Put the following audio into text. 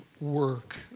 work